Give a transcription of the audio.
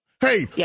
Hey